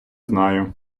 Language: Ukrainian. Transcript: знаю